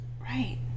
Right